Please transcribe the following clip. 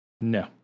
No